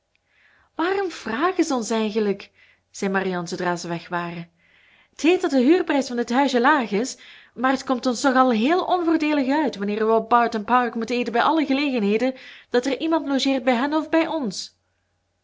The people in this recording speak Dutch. waarom vragen ze ons eigenlijk zei marianne zoodra ze weg waren t heet dat de huurprijs van dit huisje laag is maar t komt ons toch al heel onvoordeelig uit wanneer we op barton park moeten eten bij alle gelegenheden dat er iemand logeert bij hen of bij ons